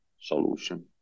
solution